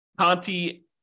Conti